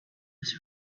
was